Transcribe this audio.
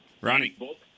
Ronnie